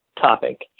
topic